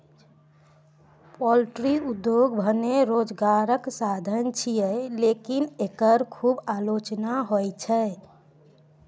poultry उद्योग भने रोजगारक साधन छियै, लेकिन एकर खूब आलोचना होइ छै